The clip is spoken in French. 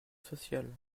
sociale